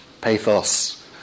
pathos